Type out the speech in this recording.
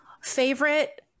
Favorite